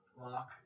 lock